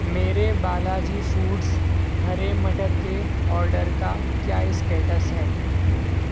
میرے بالاجی فوڈز ہرے مٹر کے آرڈر کا کیا اسٹیٹس ہے